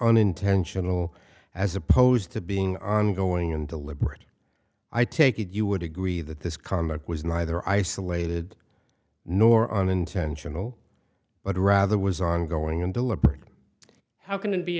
unintentional as opposed to being ongoing and deliberate i take it you would agree that this conduct was neither isolated nor unintentional but rather was ongoing and deliberate how can it be